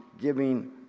giving